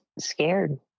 scared